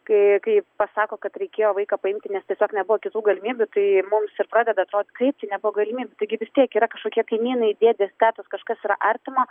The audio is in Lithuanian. kai kai pasako kad reikėjo vaiką paimti nes tiesiog nebuvo kitų galimybių tai mums ir pradeda atrodyt kaip tai nebuvo galimybių taigi vis tiek yra kažkokie kaimynai dėdės tetos kažkas yra artima